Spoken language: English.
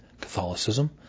Catholicism